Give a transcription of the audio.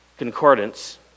concordance